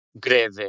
Greve